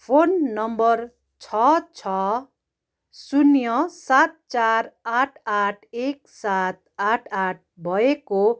phone number छ छ शून्य सात चार आठ आठ एक सात आठ आठ भएको